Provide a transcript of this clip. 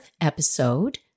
episode